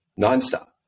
Nonstop